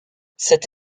cette